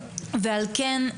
ועל כן,